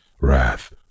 wrath